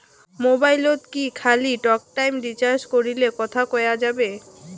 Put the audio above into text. মোবাইলত কি খালি টকটাইম রিচার্জ করিলে কথা কয়া যাবে?